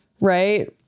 Right